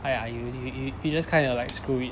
!aiya! you you you just kind of like screw it